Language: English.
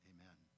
Amen